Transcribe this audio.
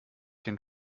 den